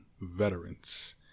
veterans